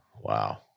Wow